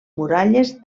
muralles